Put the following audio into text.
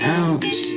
ounce